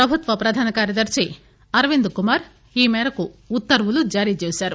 ప్రభుత్వ ప్రధాన కార్యదర్శి అరవింద్ కుమార్ ఈ మేరకు ఉత్తర్వులు జారీ చేశారు